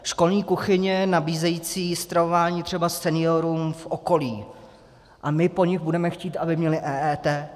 Školní kuchyně nabízející stravování třeba seniorům v okolí a my po nich budeme chtít, aby měli EET?